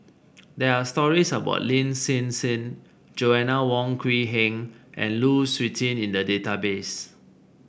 there are stories about Lin Hsin Hsin Joanna Wong Quee Heng and Lu Suitin in the database